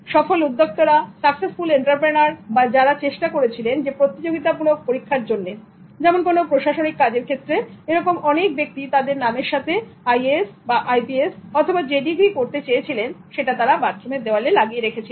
সফল উদ্দ্যোক্তারা successful entrepreneur বা যারা চেষ্টা করছিলেন প্রতিযোগিতামূলক পরীক্ষার জন্য যেমন কোনো প্রশাসনিক কাজের ক্ষেত্রে এরকম অনেক ব্যক্তি তাদের নামের সাথে আইএএস বা আইপিএস অথবা যে ডিগ্রি করতে চেয়ে ছিলেন বাথরুমের দেয়ালে তারা লাগিয়ে রেখেছিলেন